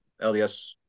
LDS